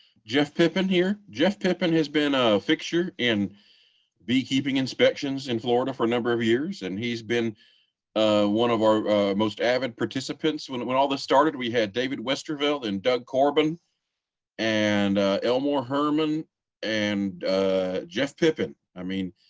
jeff pippin here. jeff pippin has been a fixture in beekeeping inspections in florida for a number of years and he's been matthew orwat one of our most avid participants. when when all this started. we had david westervelt and doug corbin and elmore herman and ah jeff pippin. i mean,